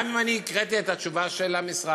גם אם אני הקראתי את התשובה של המשרד,